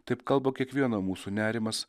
taip kalba kiekvieno mūsų nerimas